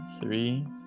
three